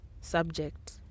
subject